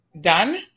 done